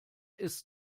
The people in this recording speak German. ist